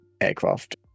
aircraft